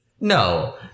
No